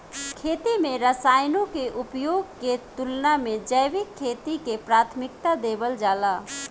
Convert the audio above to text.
खेती में रसायनों के उपयोग के तुलना में जैविक खेती के प्राथमिकता देवल जाला